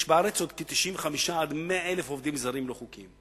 יש בארץ עוד 95,000 100,000 עובדים זרים לא-חוקיים,